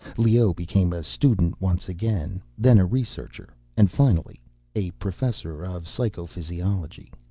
leoh became a student once again, then a researcher, and finally a professor of psychophysiology.